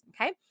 Okay